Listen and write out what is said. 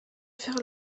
faire